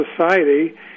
society